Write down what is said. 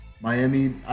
Miami